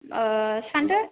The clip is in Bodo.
ओ सानदो